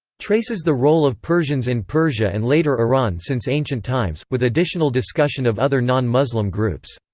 traces the role of persians in persia and later iran since ancient times, with additional discussion of other non-muslim groups.